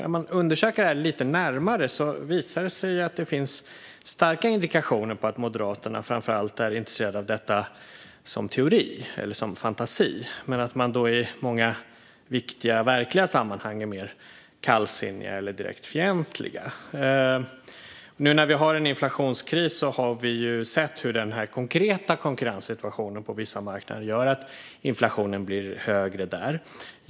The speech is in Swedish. Om man undersöker detta lite närmare visar det sig dock att det finns starka indikationer på att Moderaterna framför allt är intresserade av detta som teori, eller som fantasi, och att de i många viktiga och verkliga sammanhang är mer kallsinniga eller direkt fientliga. Nu när vi har en inflationskris ser vi hur den konkreta konkurrenssituationen på vissa marknader gör att inflationen blir högre där.